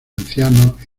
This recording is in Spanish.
ancianos